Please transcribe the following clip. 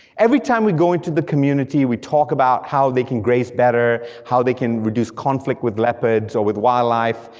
every time we go into the community, we talk about how they can graze better, how they can reduce conflict with leopards, with wildlife,